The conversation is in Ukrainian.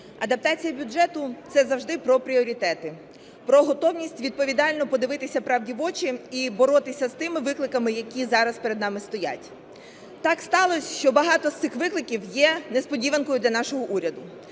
адаптація бюджету – це завжди про пріоритети, про готовність відповідально подивитися правді в очі і боротися з тими викликами, які зараз перед нами стоять. Так сталося, що багато з цих викликів є несподіванкою для нашого уряду.